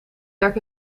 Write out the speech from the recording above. werk